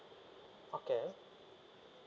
okay